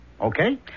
Okay